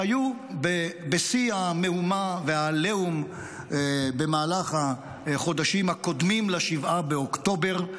שהיו בשיא המהומה והעליהום במהלך החודשים הקודמים ל-7 באוקטובר,